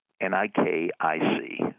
N-I-K-I-C